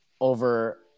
over